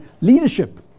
Leadership